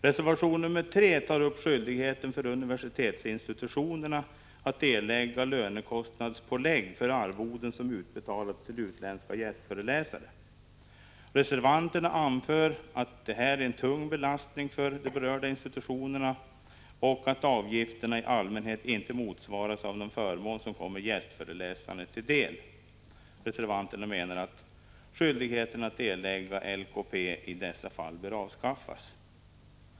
Reservation 3 gäller skyldigheten för universitetsinstitutionerna att erlägga lönekostnadspålägg för arvoden som utbetalats till utländska gästföreläsare. Reservanterna anför att detta är en tung belastning för de berörda institutionerna och att avgifterna i allmänhet inte motsvaras av någon förmån som kommer gästföreläsarna till del. Reservanterna menar att skyldigheten att erlägga LKP i dessa fall bör avskaffas.